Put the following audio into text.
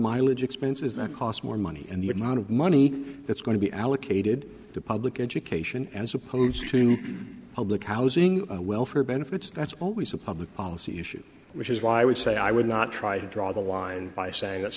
mileage expenses that cost more money and the amount of money that's going to be allocated to public education and supposed to public housing welfare benefits that's always a public policy issue which is why i would say i would not try to draw the line by saying that